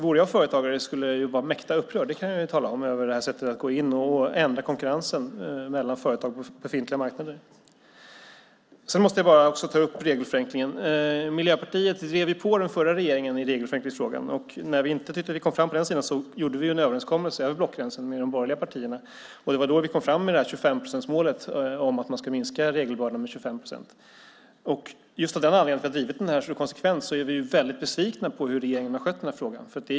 Vore jag företagare skulle jag vara mäkta upprörd över det sättet att gå in och ändra konkurrensen mellan företag på befintliga marknader, det kan jag tala om. Jag måste också ta upp regelförenklingen. Miljöpartiet drev på den förra regeringen i regelförenklingsfrågan. När vi inte tyckte att vi kom fram på den sidan gjorde vi en överenskommelse över blockgränsen med de borgerliga partierna. Det var då vi kom fram med 25-procentsmålet, att man skulle minska regelbördan med 25 procent. Just av den anledningen att vi har drivit detta så konsekvent är vi väldigt besvikna på hur regeringen har skött frågan.